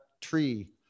tree